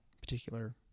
particular